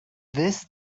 this